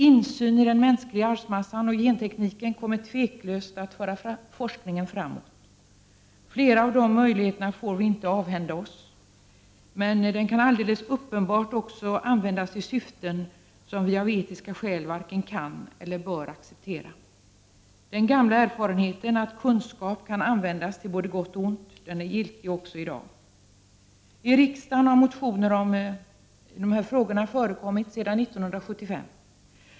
Insyn i den mänskliga arvsmassan och gentekniken kommer tveklöst att föra forskningen framåt. Flera av de möjligheterna får vi inte avhända oss. Men den kan alldeles uppenbart också användas till syften som vi av etiska skäl varken kan eller bör acceptera. Den gamla erfarenheten att kunskap kan användas till både gott och ont är giltig också i dag. I riksdagen har motioner om bioteknik förekommit sedan 1975.